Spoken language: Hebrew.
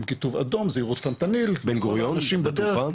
עם כיתוב אדום 'זהירות פנטניל' --- בשדה התעופה?